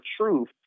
truth